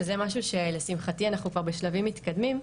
שזה משהו שלשמחתי אנחנו כבר בשלבים מתקדמים,